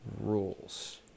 rules